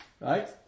right